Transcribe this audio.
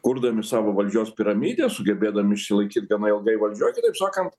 kurdami savo valdžios piramidę sugebėdami išsilaikyt gana ilgai valdžioj kitaip sakant